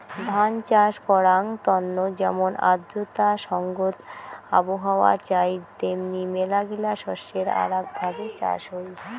ধান চাষ করাঙ তন্ন যেমন আর্দ্রতা সংগত আবহাওয়া চাই তেমনি মেলাগিলা শস্যের আরাক ভাবে চাষ হই